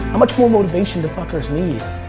much more motivation do fuckers need?